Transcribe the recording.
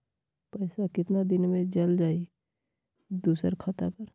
पैसा कितना दिन में चल जाई दुसर खाता पर?